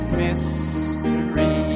mystery